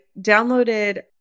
downloaded